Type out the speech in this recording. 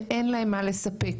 ואין להן מה לספק.